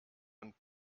und